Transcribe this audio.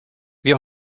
wir